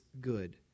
good